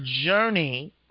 journey